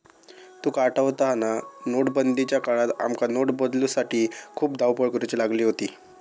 तुका आठवता हा ना, नोटबंदीच्या काळात आमका नोट बदलूसाठी खूप धावपळ करुची लागली होती